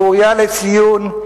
ראויה לציון.